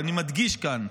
ואני מדגיש כאן: